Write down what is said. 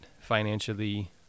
financially